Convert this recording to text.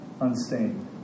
unstained